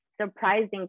surprising